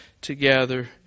together